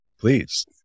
please